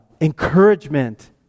encouragement